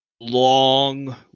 long